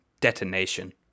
Detonation